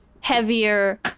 heavier